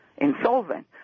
insolvent